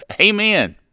Amen